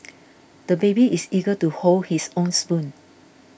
the baby is eager to hold his own spoon